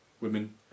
women